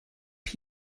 ein